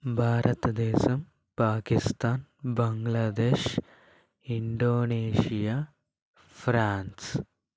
Bharatadesam Pakistan Bangladesh Indonesia France